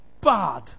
bad